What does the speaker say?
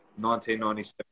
1997